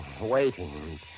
waiting